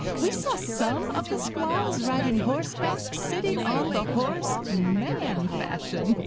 we saw some of the squaws riding horseback, sitting on the horse man-fashion,